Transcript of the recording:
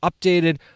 updated